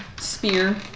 spear